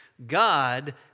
God